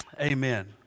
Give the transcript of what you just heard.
Amen